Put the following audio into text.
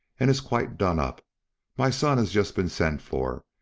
and is quite done up my son has just been sent for,